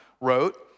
wrote